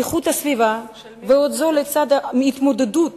איכות הסביבה, וזאת לצד התמודדות